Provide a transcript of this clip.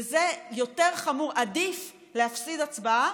וזה יותר חמור, עדיף להפסיד הצבעה,